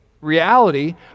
reality